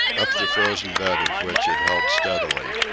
up the frozen bed of which it held steadily.